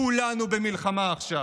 כולנו במלחמה עכשיו.